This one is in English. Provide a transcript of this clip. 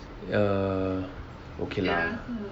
err okay lah